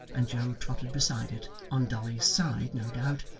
and joe trotted beside it on dolly's side, no doubt,